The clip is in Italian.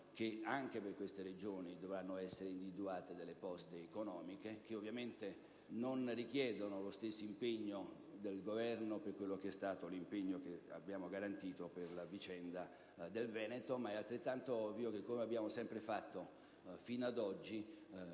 Anche per queste regioni dovranno essere individuate delle poste economiche che ovviamente non richiedono un impegno del Governo uguale a quello che abbiamo garantito per la vicenda del Veneto. È però altrettanto ovvio che, così come abbiamo sempre fatto fino ad oggi,